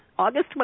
August